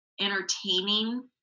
entertaining